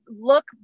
look